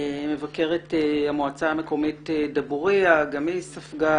מבקרת המועצה המקומית דבוריה שגם היא ספגה